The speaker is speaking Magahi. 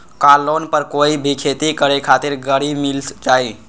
का लोन पर कोई भी खेती करें खातिर गरी मिल जाइ?